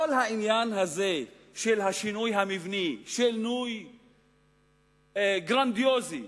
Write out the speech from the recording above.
כל העניין הזה של השינוי המבני, שינוי גרנדיוזי,